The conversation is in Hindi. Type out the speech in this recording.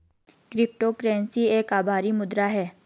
क्रिप्टो करेंसी एक आभासी मुद्रा है